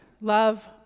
Love